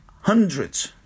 hundreds